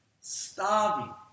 Starving